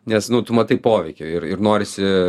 nes nu tu matai poveikį ir ir norisi